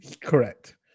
Correct